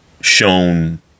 shown